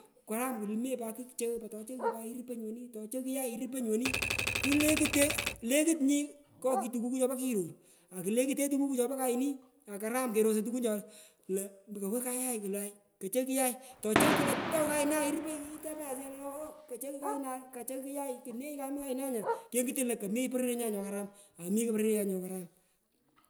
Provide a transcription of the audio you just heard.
Karam tukuyonye kugh tochogh pat kugh iruponyi woni tochog kuyai woni kulekute kulekut nyi ngo tukuku chopo kiror akulekutech tukuku chopo kayini akaram kerosoi tukun cho lo kowo kayai wolai kochogh kuyai tochogh kugh la taw kayna iruponyi itepanyi asuyech lo ooh kochogh kayna kochogh kuyay kone nyakomi kayna nya kengutu lo komi pororyonyan nyokaram amiko pororyenyan nyo karam mmh.